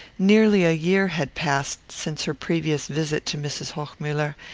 nearly a year had passed since her previous visit to mrs. hochmuller,